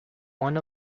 one